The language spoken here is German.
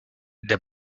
der